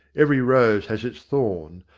every rose has its thorn.